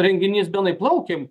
renginys benai plaukiam